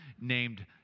named